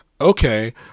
okay